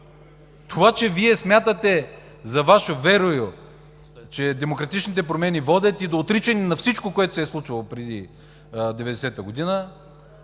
Това, че Вие смятате за Ваше верую, че демократичните промени водят и до отричане на всичко, което се е случило преди 1990 г.,